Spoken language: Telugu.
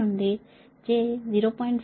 5 j 0